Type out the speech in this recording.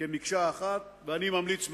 כמקשה אחת, אני ממליץ מאוד,